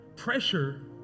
Pressure